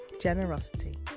Generosity